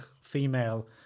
female